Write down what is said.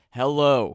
hello